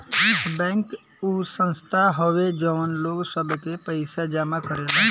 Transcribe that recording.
bank उ संस्था हवे जवन लोग सब के पइसा जमा करेला